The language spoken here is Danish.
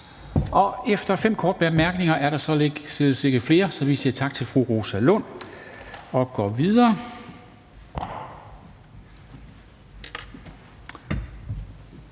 Og efter fem korte bemærkninger er der således ikke flere. Så vi siger tak til fru Rosa Lund og går videre.